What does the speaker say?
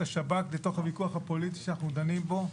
השב"כ לתוך הוויכוח הפוליטי שאנחנו דנים בו.